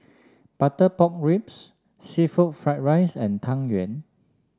Butter Pork Ribs seafood Fried Rice and Tang Yuen